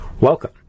welcome